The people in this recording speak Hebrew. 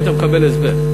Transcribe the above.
היית מקבל הסבר.